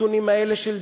הסונים, אלה של "דאעש",